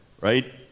right